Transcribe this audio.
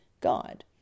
God